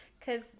Cause